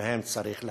שבהם צריך להתריע.